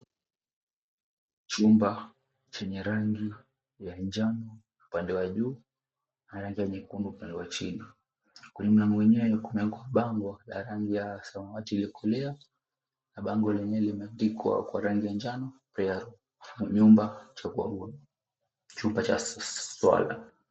Chumba chenye rangi ya njano upande wa juu na rangi ya nyekundu upande wa chini. Kwa mlango yenyewe kuna bango la rangi ya samawati iliyokolea na bango lenyewe lime andikwa kwa rangi ya njano pia nyumba kuna chumba cha swala.